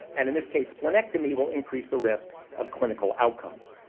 and, in this case, splenectomy will increase the risk of clinical outcomes.